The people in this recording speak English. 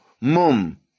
mum